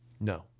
No